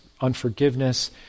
unforgiveness